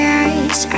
eyes